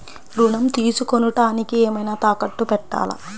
ఋణం తీసుకొనుటానికి ఏమైనా తాకట్టు పెట్టాలా?